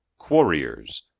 Quarriers